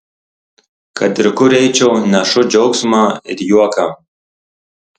kad ir kur eičiau nešu džiaugsmą ir juoką